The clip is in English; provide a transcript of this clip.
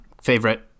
favorite